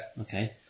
Okay